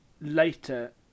later